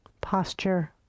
posture